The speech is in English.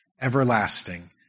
everlasting